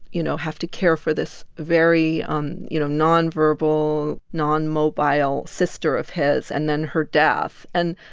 you know, have to care for this very, um you know, nonverbal, non-mobile sister of his and then her death and,